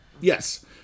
Yes